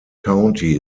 county